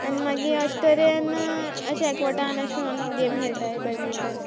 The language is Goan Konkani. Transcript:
आनी मागीर अशे तोरेन अशें एकवटान अशें करून गेमी खेळटाय बेडमिंटन